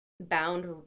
bound